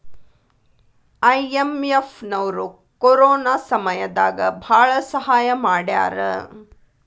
IMF ನವ್ರು corona ಸಮಯ ದಾಗ ಭಾಳ ಸಹಾಯ ಮಾಡ್ಯಾರ